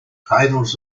titles